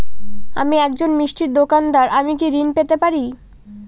আমি একজন মিষ্টির দোকাদার আমি কি ঋণ পেতে পারি?